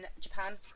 Japan